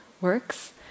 works